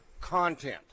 content